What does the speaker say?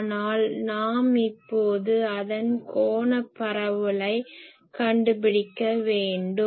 ஆனால் நாம் இப்பொழுது அதன் கோணப் பரவலை கண்டுபிடிக்க வேண்டும்